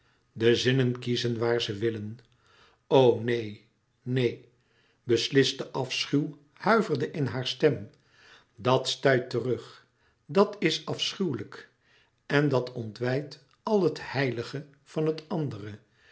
de zinnen kiezen waar ze willen o neen neen besliste afschuw huiverde in haar stem dat stuit terug dat is afschuwelijk en dat ontwijdt al het heilige van het andere